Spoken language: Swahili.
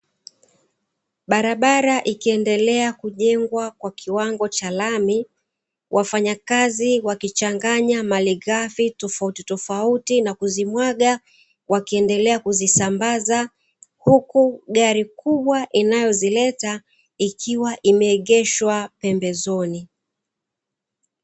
Barabara ikiendelea kujengwa kwa kiwango cha lami, wafanyakazi wakichanganya malighafi tofautitofauti na kuzimwaga, wakiendelea kuzisambaza huku gari kubwa inayozileta ikiwa imeegeshwa pembezoni.